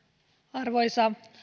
arvoisa